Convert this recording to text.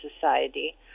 Society